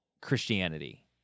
Christianity